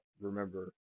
remember